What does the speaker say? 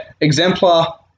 exemplar